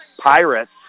Pirates